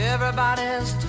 Everybody's